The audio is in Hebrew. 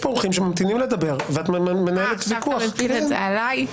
אתה מפיל את זה עליי?